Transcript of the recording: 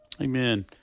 Amen